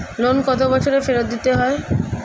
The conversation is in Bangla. লোন কত বছরে ফেরত দিতে হয়?